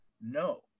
no